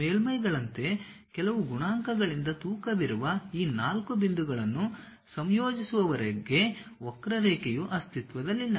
ಮೇಲ್ಮೈಗಳಂತೆ ಕೆಲವು ಗುಣಾಂಕಗಳಿಂದ ತೂಕವಿರುವ ಈ 4 ಬಿಂದುಗಳನ್ನು ಸಂಯೋಜಿಸುವವರೆಗೆ ವಕ್ರರೇಖೆಯು ಅಸ್ತಿತ್ವದಲ್ಲಿಲ್ಲ